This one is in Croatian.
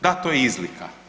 Da to je izlika.